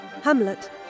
Hamlet